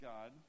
God